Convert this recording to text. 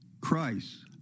Christ